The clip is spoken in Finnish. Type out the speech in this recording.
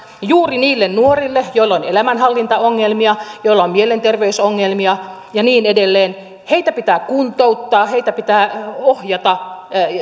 juuri niille nuorille joilla on elämänhallintaongelmia joilla on mielenterveysongelmia ja niin edelleen heitä pitää kuntouttaa heitä pitää ohjata